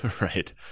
right